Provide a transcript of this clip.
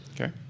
Okay